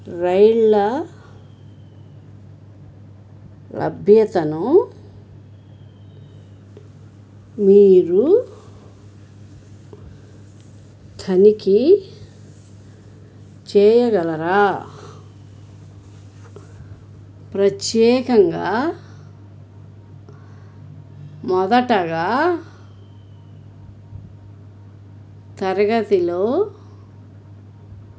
రైళ్ళ లభ్యతను మీరు తనిఖీ చేయగలరా ప్రత్యేకంగా మొదట తరగతిలో